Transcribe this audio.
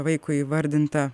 vaikui įvardinta